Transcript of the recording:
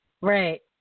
Right